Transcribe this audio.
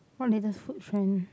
what latest food trend